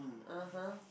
uh !huh!